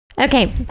Okay